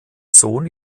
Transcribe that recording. sohn